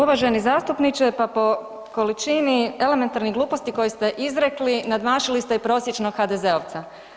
Uvaženi zastupniče, pa po količini elementarnih gluposti koje ste izrekli nadmašili ste i prosječnog HDZ-ovca.